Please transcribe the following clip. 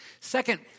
Second